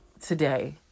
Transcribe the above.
today